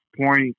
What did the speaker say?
point